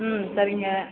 ம் சரிங்க